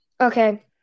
Okay